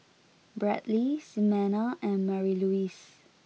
Bradly Ximena and Marylouise